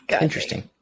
Interesting